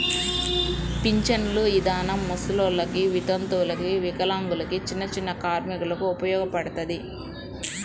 పింఛను ఇదానం ముసలోల్లకి, వితంతువులకు, వికలాంగులకు, చిన్నచిన్న కార్మికులకు ఉపయోగపడతది